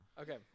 Okay